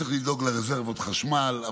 צריך לדאוג לרזרבות חשמל,